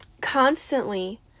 constantly